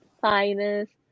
finest